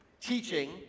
teaching